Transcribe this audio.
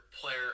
player